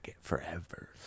forever